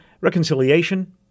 reconciliation